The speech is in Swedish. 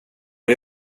det